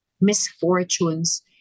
misfortunes